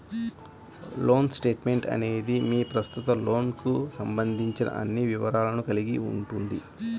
loan statement అనేది మీ ప్రస్తుత లోన్కు సంబంధించిన అన్ని వివరాలను కలిగి ఉంటుంది